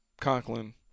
Conklin